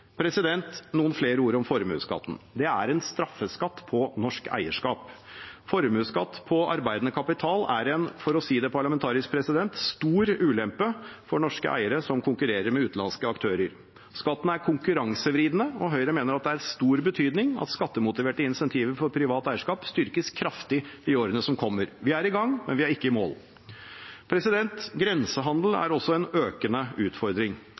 Noen flere ord om formuesskatten: Det er en straffeskatt på norsk eierskap. Formuesskatt på arbeidende kapital er – for å si det parlamentarisk – en stor ulempe for norske eiere som konkurrerer med utenlandske aktører. Skatten er konkurransevridende, og Høyre mener det er av stor betydning at skattemotiverte insentiver for privat eierskap styrkes kraftig i årene som kommer. Vi er i gang, men vi er ikke i mål. Grensehandel er også en økende utfordring.